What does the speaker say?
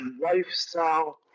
lifestyle